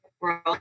world